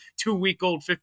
two-week-old